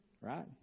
Right